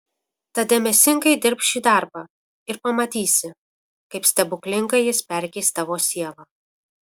tad dėmesingai dirbk šį darbą ir pamatysi kaip stebuklingai jis perkeis tavo sielą